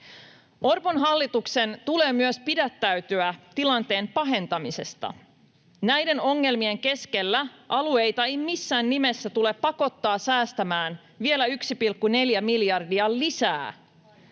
Orpon hallituksen tulee myös pidättäytyä tilanteen pahentamisesta. Näiden ongelmien keskellä alueita ei missään nimessä tule pakottaa säästämään vielä 1,4 miljardia lisää.